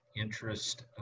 interest